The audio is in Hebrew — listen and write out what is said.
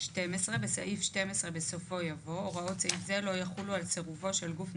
נגיד שעשינו רפורמה ביבוא על משהו חשוב מאוד,